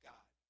God